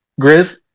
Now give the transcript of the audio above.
Grizz